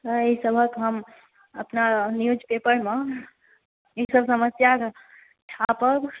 एहिसभक हम अपना newspaper मे ईसभ समस्याके छापब